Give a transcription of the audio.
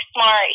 smart